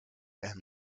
and